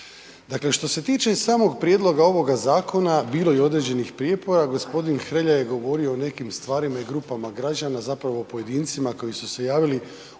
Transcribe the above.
Dakle, što se tiče samog prijedloga ovog zakona bilo je određenih prijepora, gospodin Hrelja je govorio o nekim stvarima i grupama građana, zapravo o pojedincima koji su se javili u javnoj